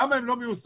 למה הם לא מיושמים,